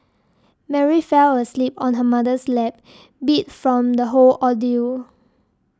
Mary fell asleep on her mother's lap beat from the whole ordeal